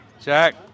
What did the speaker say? Jack